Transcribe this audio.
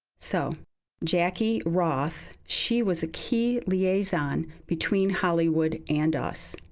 so jackie roth, she was a key liaison between hollywood and us.